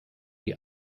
die